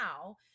now